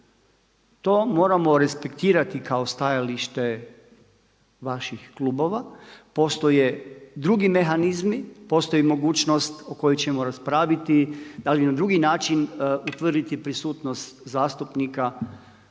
To moramo respektirati kao stajalište vaših klubova. Postoje drugi mehanizmi, postoji mogućnost o kojoj ćemo raspraviti da li na drugi način utvrditi prisutnost zastupnika